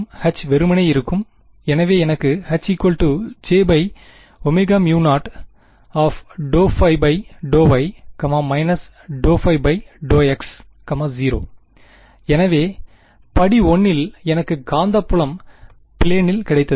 H வெறுமனே இருக்கும் எனவே எனக்கு H j ωμ0 ∂ϕ ∂y ∂ϕ ∂x 0 எனவே படி 1 இல் எனக்கு காந்தப்புலம் பிளேனில் கிடைத்தது